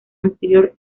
anterior